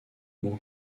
mon